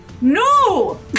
no